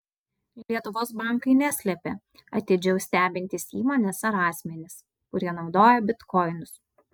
lietuvos bankai neslepia atidžiau stebintys įmones ar asmenis kurie naudoja bitkoinus